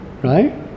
Right